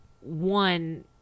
one